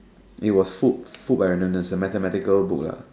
it was fooled fooled-by-randomness a mathematical book lah